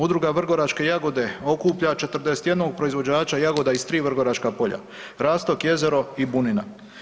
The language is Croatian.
Udruga „Vrgoračke jagode“ okuplja 41 proizvođača jagoda iz 3 vrgoračka polja, Rastok, Jezero i Bunina.